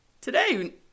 Today